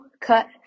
cut